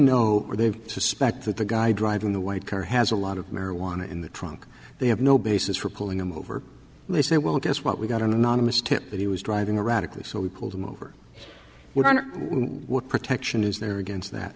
know or the suspect that the guy driving the white car has a lot of marijuana in the trunk they have no basis for pulling him over and they say well guess what we got an anonymous tip that he was driving erratically so we pulled him over we're on what protection is there against that